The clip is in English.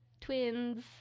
Twins